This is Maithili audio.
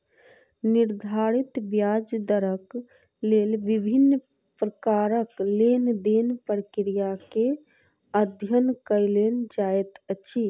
निर्धारित ब्याज दरक लेल विभिन्न प्रकारक लेन देन प्रक्रिया के अध्ययन कएल जाइत अछि